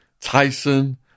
Tyson